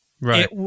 Right